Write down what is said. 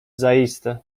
zaiste